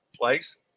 place